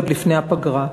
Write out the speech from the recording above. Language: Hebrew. עוד לפני הפגרה.